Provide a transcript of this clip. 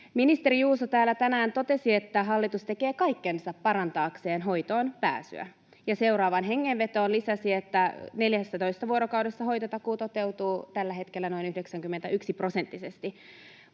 Ministeri Juuso täällä tänään totesi, että hallitus tekee kaikkensa parantaakseen hoitoonpääsyä, ja seuraavaan hengenvetoon lisäsi, että 14 vuorokaudessa hoitotakuu toteutuu tällä hetkellä noin 91-prosenttisesti.